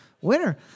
Winner